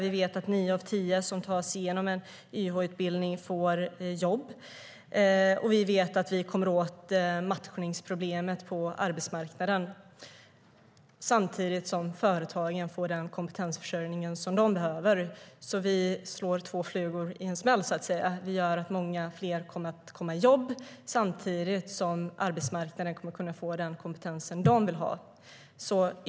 Vi vet att nio av tio som tar sig igenom en YH-utbildning får jobb. Vi vet också att vi kommer åt matchningsproblemet på arbetsmarknaden samtidigt som företagen får den kompetensförsörjning som de behöver. Vi slår alltså två flugor i en smäll. Det gör att många fler kommer att komma i jobb samtidigt som arbetsmarknaden kommer att kunna få den kompetens som den vill ha.